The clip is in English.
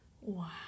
Wow